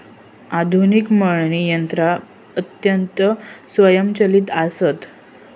आधुनिक मळणी यंत्रा अत्यंत स्वयंचलित आसत